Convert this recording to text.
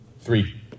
Three